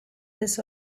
this